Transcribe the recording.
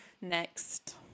next